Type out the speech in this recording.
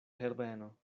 herbeno